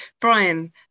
Brian